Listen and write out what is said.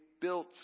built